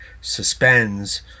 suspends